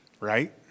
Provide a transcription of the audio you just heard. right